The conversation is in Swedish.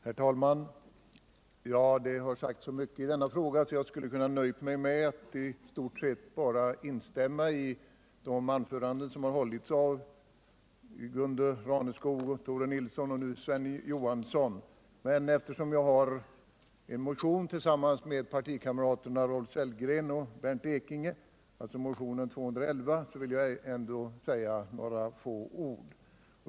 Herr talman! Det har sagts så mycket i denna fråga att jag skulle kunna nöja mig med att i stort instämma i de anföranden som hållits av Gunde Raneskog, Tore Nilsson och Sven Johansson. Eftersom jag har väckt motionen 211 tillsammans med partikamraterna Rolf Sellgren och Bernt Ekinge vill jag emellertid säga några få ord.